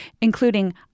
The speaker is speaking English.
including